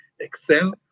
excel